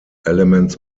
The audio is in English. elements